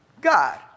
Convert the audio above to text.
God